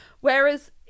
Whereas